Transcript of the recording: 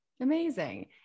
Amazing